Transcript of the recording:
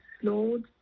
slowed